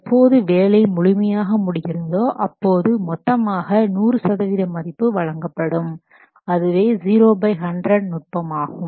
எப்போது வேலை முழுமையாக முடிகிறதோ அப்போது மொத்தமாக 100 சதவீத மதிப்பு வழங்கப்படும் அதுவே 0 பை 100 நுட்பமாகும்